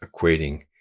equating